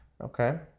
Okay